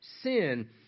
sin